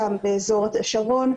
גם באזור השרון,